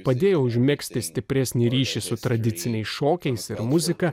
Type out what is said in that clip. padėjo užmegzti stipresnį ryšį su tradiciniais šokiais ir muzika